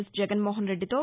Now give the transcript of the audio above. yes Jaganmohan రెడ్డితో